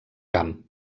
camp